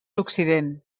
occident